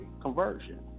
conversion